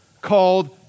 called